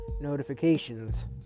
notifications